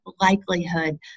likelihood